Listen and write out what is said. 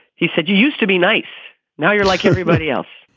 he said, you used to be nice now you're like everybody else.